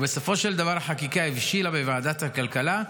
ובסופו של דבר החקיקה הבשילה בוועדת הכלכלה,